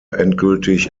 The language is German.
endgültig